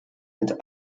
mit